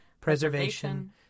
preservation